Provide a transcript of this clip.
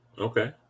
Okay